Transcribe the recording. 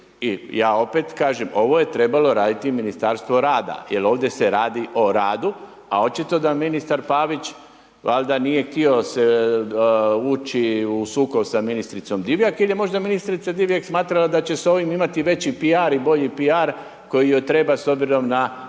ja opet kažem, ovo trebalo raditi Ministarstvo rada jer ovdje se radi o radu a očito da ministar Pavić valjda nije htio ući u sukob sa ministricom Divjak ili je možda ministrica Divjak smatrala da će s ovim imati veći PR i bolji PR koji joj treba s obzirom na